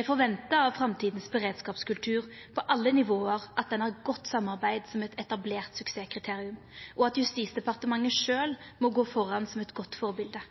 Eg forventar av vår framtidige beredskapskultur på alle nivå at han har godt samarbeid som eit etablert suksesskriterium, og at Justisdepartementet sjølv må gå føre som eit godt førebilete.